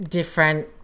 different